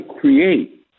create